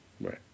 Right